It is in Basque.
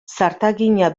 zartagina